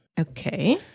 Okay